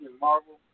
Marvel